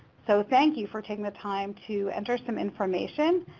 so thank you for taking the time to enter some information.